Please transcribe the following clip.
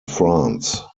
france